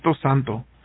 santo